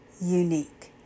unique